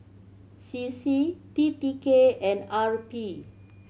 C C T T K and R P